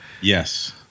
yes